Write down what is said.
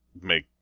make